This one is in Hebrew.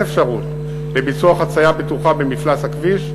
אפשרות לביצוע חציה בטוחה במפלס הכביש,